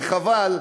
וחבל,